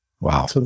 Wow